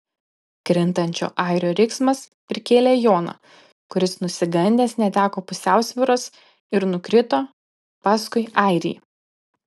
krintančio airio riksmas prikėlė joną kuris nusigandęs neteko pusiausvyros ir nukrito paskui airį